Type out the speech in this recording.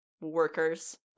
workers